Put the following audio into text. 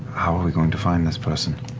how are we going to find this person?